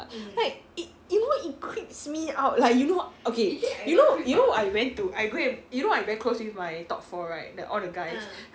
like it you know it creeps me out like you know okay you know you know I went to I go and you know I'm very close with my top four right the all the guys